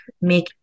make